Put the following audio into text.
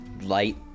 light